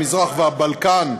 המזרח והבלקן,